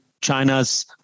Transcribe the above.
China's